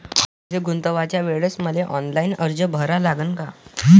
पैसे गुंतवाच्या वेळेसं मले ऑफलाईन अर्ज भरा लागन का?